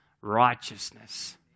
righteousness